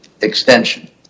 extension